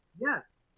Yes